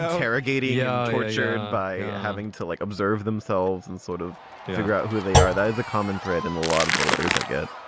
harrogate yeah or shared by having to, like, observe themselves and sort of figure out who they are. that is the common thread in a lot of the letters i get